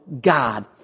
God